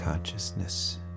consciousness